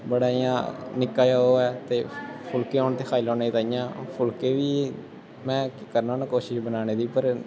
बड़ा इ'यां निक्का जेहा ओह् ऐ ते फुलके होन ते खाई लैओ नेईं ते इ'यां फुल्के बी में करना होन्ना कोशिश बनाने दी पर